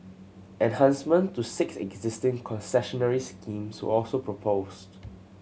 enhancement to six existing concessionary schemes were also proposed